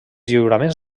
lliuraments